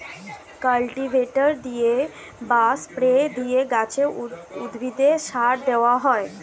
cultivator দিয়ে বা spray দিয়ে গাছে, উদ্ভিদে সার দেওয়া হয়